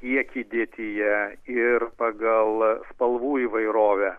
kiekį dėtyje ir pagal spalvų įvairovę